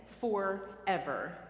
forever